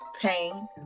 pain